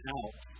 out